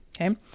okay